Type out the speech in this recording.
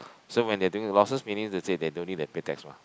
so when they're doing losses meaning to say that they don't need to pay tax mah